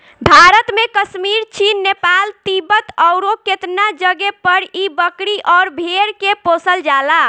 भारत में कश्मीर, चीन, नेपाल, तिब्बत अउरु केतना जगे पर इ बकरी अउर भेड़ के पोसल जाला